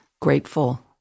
grateful